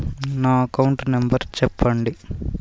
నా account number చెప్పండి?